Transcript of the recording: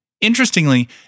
Interestingly